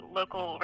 local